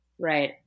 Right